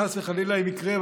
חס וחלילה אם יקרה,